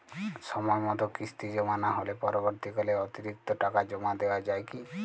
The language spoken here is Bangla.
সময় মতো কিস্তি জমা না হলে পরবর্তীকালে অতিরিক্ত টাকা জমা দেওয়া য়ায় কি?